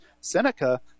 Seneca